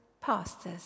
pastors